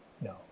No